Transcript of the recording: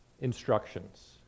instructions